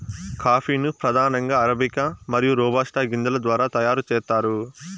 coffee ను ప్రధానంగా arabica మరియు రోబస్టా గింజల ద్వారా తయారు చేత్తారు